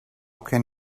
can